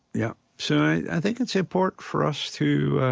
yeah. so i think it's important for us to